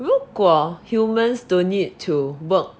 如果 humans don't need to work